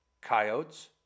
coyotes